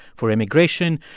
for immigration.